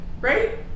right